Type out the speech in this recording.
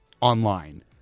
online